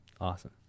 Awesome